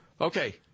okay